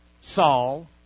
Saul